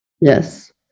Yes